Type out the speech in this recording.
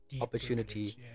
opportunity